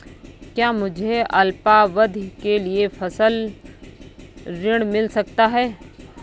क्या मुझे अल्पावधि के लिए फसल ऋण मिल सकता है?